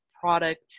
product